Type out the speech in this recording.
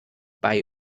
bei